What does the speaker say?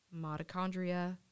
mitochondria